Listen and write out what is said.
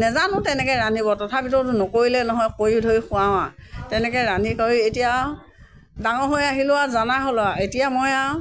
নাজানো তেনেকৈ ৰান্ধিব তথাপিতো নকৰিলে নহয় কৰি ধৰি খোৱাওঁ আৰু তেনেকৈ ৰান্ধি কৰি এতিয়া ডাঙৰ হৈ আহিলোঁ আৰু জনা হ'লো আৰু এতিয়া মই আৰু